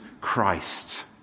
Christ